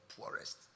poorest